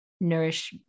nourish